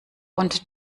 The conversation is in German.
und